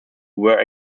were